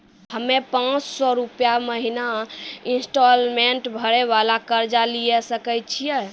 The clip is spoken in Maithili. हम्मय पांच सौ रुपिया महीना इंस्टॉलमेंट भरे वाला कर्जा लिये सकय छियै?